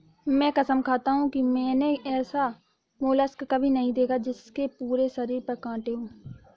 मैं कसम खाता हूँ कि मैंने ऐसा मोलस्क कभी नहीं देखा जिसके पूरे शरीर पर काँटे हों